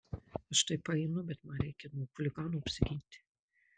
aš tai paeinu bet man reikia nuo chuliganų apsiginti